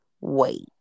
wait